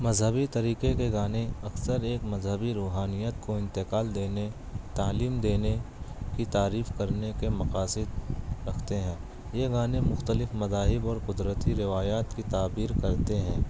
مذہبی طریقے کے گانے اکثر ایک مذہبی روحانیت کو انتقال دینے تعلیم دینے اس کی تعریف کر نے کے مقاصد رکھتے ہیں یہ گانے مختلف مذاہب اور قدرتی روایات کی تعبیر کرتے ہیں